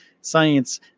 science